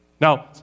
now